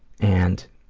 and,